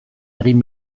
egin